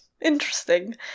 Interesting